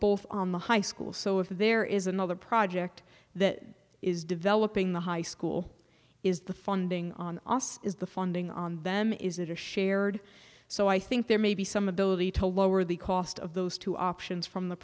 both on the high school so if there is another project that is developing the high school is the funding is the funding on them is it a shared so i think there may be some ability to lower the cost of those two options from the